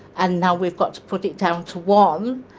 and now we've got to put it down to one.